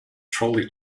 trolley